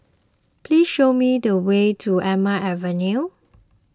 please show me the way to Elm Avenue